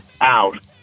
out